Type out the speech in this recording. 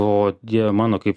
o dieve mano kaip